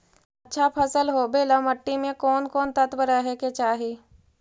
अच्छा फसल होबे ल मट्टी में कोन कोन तत्त्व रहे के चाही?